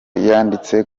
yanditse